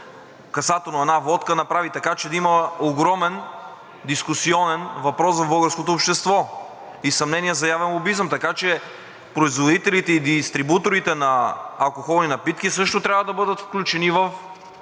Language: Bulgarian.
касателно една водка направи така, че да има огромен дискусионен въпрос в българското общество и съмнения за явен лобизъм. Така че производителите и дистрибуторите на алкохолни напитки също трябва да бъдат включени в